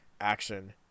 action